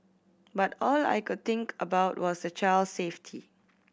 but all I could think about was the child's safety